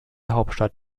hauptstadt